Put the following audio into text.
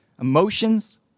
emotions